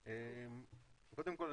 חברת הכנסת מלינובסקי רוצה להבין --- זה מאתמול.